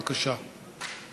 בבקשה.